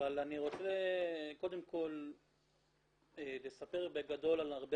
אבל אני רוצה קודם כל לספר בגדול על הרבה